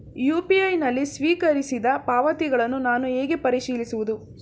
UPI ನಲ್ಲಿ ಸ್ವೀಕರಿಸಿದ ಪಾವತಿಗಳನ್ನು ನಾನು ಹೇಗೆ ಪರಿಶೀಲಿಸುವುದು?